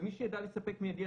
ומי שידע לספק מיידי,